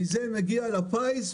מזה מגיע לפיס,